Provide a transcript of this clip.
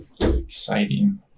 Exciting